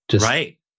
Right